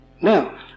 Now